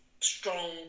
strong